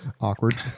Awkward